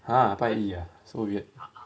!huh! 拜一 ah so weird